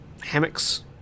hammocks